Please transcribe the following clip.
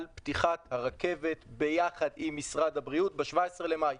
על פתיחת הרכבת ביחד עם משרד הבריאות ב-17 במאי.